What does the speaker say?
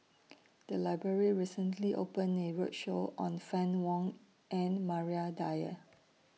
The Library recently open A roadshow on Fann Wong and Maria Dyer